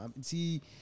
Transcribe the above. see